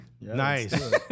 Nice